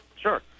Sure